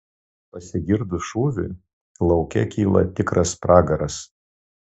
pasigirdus šūviui lauke kyla tikras pragaras